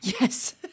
Yes